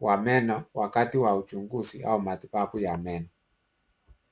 wa meno wakati wa uchunguzi, au matibabu ya meno.